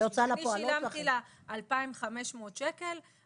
אם אני שילמתי לה 2,500 שקל,